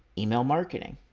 email marketing.